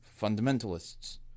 fundamentalists